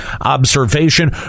observation